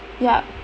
yup